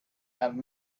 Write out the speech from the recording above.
have